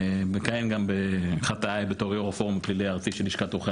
מכהן גם בחטאיי בתור יו"ר הפורום הפלילי הארצי של לשכת עורכי